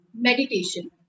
meditation